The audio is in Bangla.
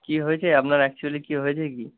কী হয়েছে আপনার অ্যাকচুয়েলি কী হয়েছে কী